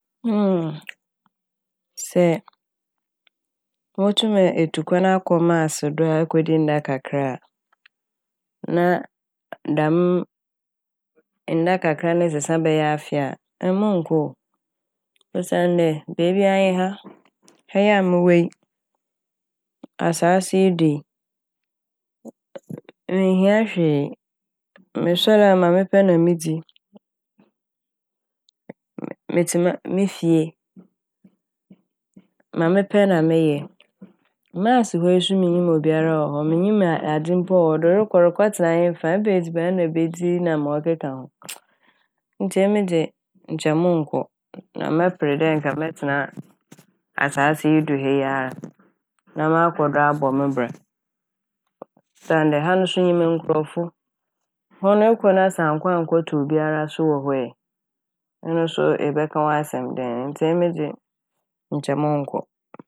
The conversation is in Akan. Sɛ motum etu kwan akɔ " Mars" do a, akodi nda kakra a na dɛm nda kakra n' sesa bɛyɛ dɛ afe a na ɔno monnko oo. Osiandɛ beebia nye ha osiandɛ ha yi a mowɔ yi asaase yi do yi minnhia hwee. Mosoɛr a anapa a ma mepɛ na midzi, me-me- metse fie, ma mepɛ na meyɛ. "Mars" hɔ yi so minnyim obiara wɔ hɔ minnyim adze a mpo a ɔwɔ hɔ, erokɔ erokɔ tsena henfa, ebɛn edziban na ibedzi na ma ɔkeka ho. Ntsi emi dze nkyɛ monnkɔ na mɛper dɛ anka mɛtsena asaase yi do ha yi ara na makɔ do abɔ me bra osiandɛ ha yi so minyim nkorɔfo, hɔ no ekɔ hɔ no sɛ ekɔ na annkɔ annkɔto obiara wɔ hɔ ɔno so ebɛka w'asɛm dɛn ntsi emi dze nkyɛ monnkɔ.